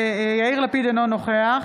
לפיד, אינו נוכח